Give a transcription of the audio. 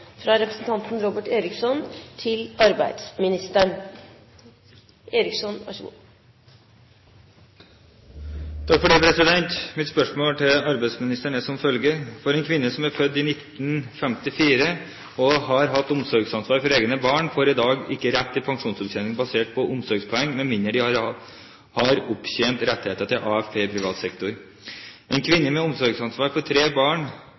født før 1954, og har hatt omsorgsansvar for egne barn, får i dag ikke rett til pensjonsopptjening basert på omsorgspoeng med mindre de har opptjent rettigheter til AFP i privat sektor. En kvinne med omsorgsansvar for tre barn